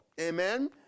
Amen